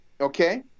okay